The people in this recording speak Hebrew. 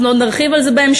אנחנו עוד נרחיב על זה בהמשך,